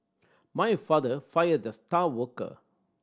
my father fired the star worker